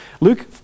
Luke